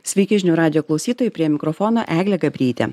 sveiki žinių radijo klausytojai prie mikrofono eglė gabrytė